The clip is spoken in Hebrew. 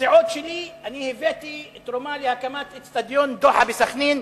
שבנסיעות שלי אני הבאתי תרומה להקמת איצטדיון "דוחה" בסח'נין,